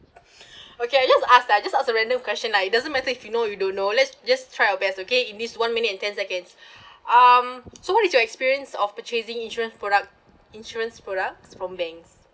okay I just ask lah just ask a random question lah it doesn't matter if you know you don't know let's just try our best okay in this one minute and ten seconds um so what is your experience of purchasing insurance product insurance products from banks